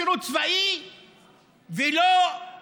המוגדרת כיהודית ודמוקרטית מ-1985,